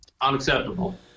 Unacceptable